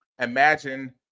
imagine